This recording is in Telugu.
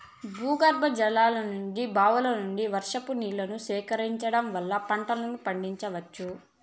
భూగర్భజలాల నుంచి, బావుల నుంచి, వర్షం నీళ్ళను సేకరించడం వల్ల పంటలను పండించవచ్చు